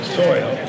soil